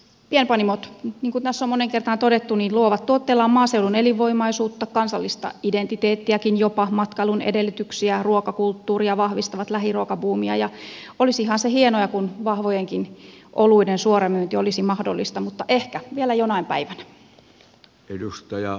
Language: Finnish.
pienpanimot niin kuin tässä on moneen kertaan todettu luovat tuotteillaan maaseudun elinvoimaisuutta kansallista identiteettiäkin jopa matkailun edellytyksiä ruokakulttuuria vahvistavat lähiruokabuumia ja olisihan se hienoa kun vahvojenkin oluiden suoramyynti olisi mahdollista mutta ehkä vielä jonain päivänä